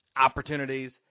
opportunities